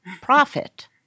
profit